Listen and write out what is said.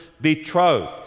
betrothed